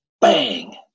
bang